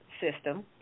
system